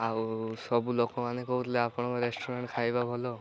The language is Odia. ଆଉ ସବୁ ଲୋକମାନେ କହୁଥିଲେ ଆପଣଙ୍କ ରେଷ୍ଟୁରାଣ୍ଟ ଖାଇବା ଭଲ